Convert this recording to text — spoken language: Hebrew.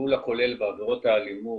הטיפול הכולל בעבירות האלימות